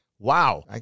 Wow